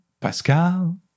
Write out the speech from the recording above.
Pascal